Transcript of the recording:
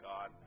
God